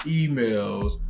emails